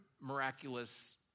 miraculous